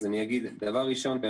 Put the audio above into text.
דבר ראשון,